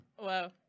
Wow